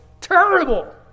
terrible